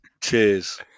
cheers